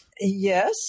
Yes